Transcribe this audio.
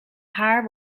haar